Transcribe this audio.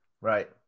Right